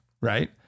Right